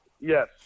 yes